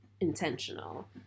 intentional